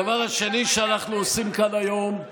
הדבר השני שאנחנו עושים כאן היום הוא